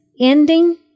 ending